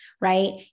right